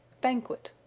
banquet.